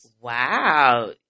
Wow